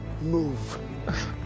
Move